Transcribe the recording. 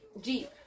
Jeep